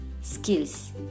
skills